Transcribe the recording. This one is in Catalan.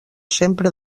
sempre